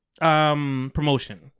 promotion